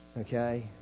Okay